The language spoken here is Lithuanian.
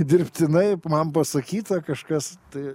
dirbtinai man pasakyta kažkas tai